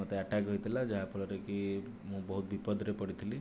ମୋତେ ଆଟାକ୍ ହୋଇଥିଲା ଯାହା ଫଳରେ କି ମୁଁ ବହୁତ ବିପଦରେ ପଡ଼ିଥିଲି